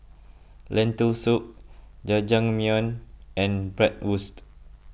Lentil Soup Jajangmyeon and Bratwurst